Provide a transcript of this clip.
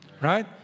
Right